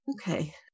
Okay